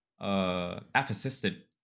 app-assisted